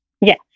Yes